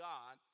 God